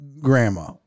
grandma